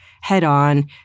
head-on